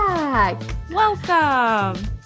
Welcome